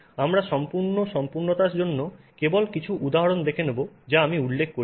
আমরা সম্পূর্ণ সম্পূর্ণতার জন্য কেবল কিছু উদাহরণ দেখে নেব যা আমি উল্লেখ করিনি